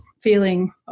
feeling